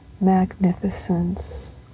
magnificence